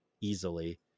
easily